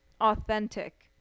authentic